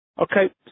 Okay